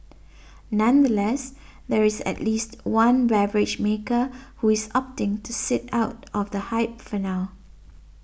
nonetheless there is at least one beverage maker who is opting to sit out of the hype for now